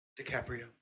DiCaprio